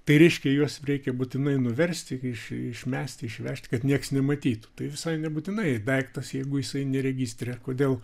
tai reiškia juos reikia būtinai nuversti iš išmesti išvežti kad nieks nematytų tai visai nebūtinai daiktas jeigu jisai ne registre kodėl